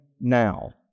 now